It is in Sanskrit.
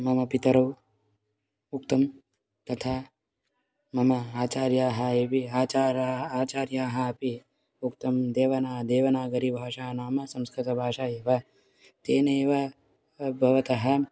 मम पितरौ उक्तं तथा मम आचार्याः एव आचाराः आचार्याः अपि उक्तं देवना देवनागरीभाषा नाम संस्कृतभाषा एव तेनैव भवतः